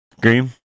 Green